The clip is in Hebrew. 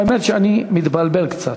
האמת שאני מתבלבל קצת.